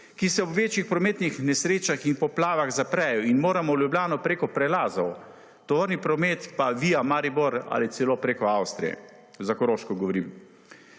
ki se ob večjih prometnih nesrečah in poplavah zaprejo in moramo v Ljubljano preko prelazov, tovorni promet pa via Maribor ali celo preko Avstrije. Za koroško govorim.